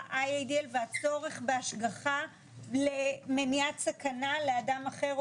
IADL והצורך בהשגחה למניעת סכנה לאדם אחר,